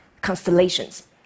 constellations